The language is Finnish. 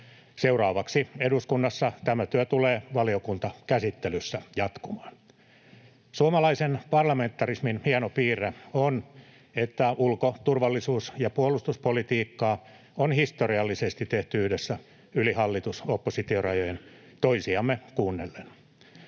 Seuraavaksi eduskunnassa tämä työ tulee valiokuntakäsittelyissä jatkumaan. Suomalaisen parlamentarismin hieno piirre on se, että ulko-, turvallisuus- ja puolustuspolitiikkaa on historiallisesti tehty yhdessä yli hallitus—oppositio-rajojen toisiamme kuunnellen.